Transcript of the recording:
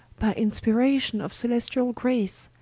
by inspiration of celestiall grace,